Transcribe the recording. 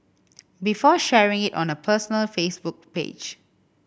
before sharing it on her personal Facebook page